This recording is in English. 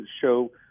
show